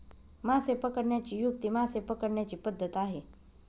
मासे पकडण्याची युक्ती मासे पकडण्याची पद्धत आहे